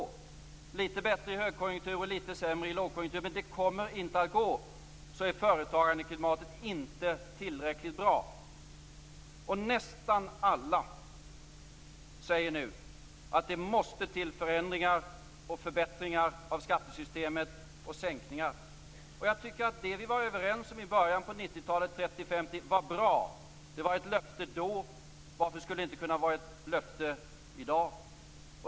Det kommer att gå litet bättre i högkonjunktur och lite sämre i lågkonjunktur, men det kommer ändå inte att gå. Nästan alla säger nu att det måste till förändringar och förbättringar av skattesystemet och skattesänkningar. Det vi var överens om i början på 90-talet - 30-50 - var bra. Det var ett löfte då. Varför skulle det inte kunna vara ett löfte i dag?